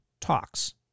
talks